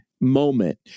moment